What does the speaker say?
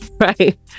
right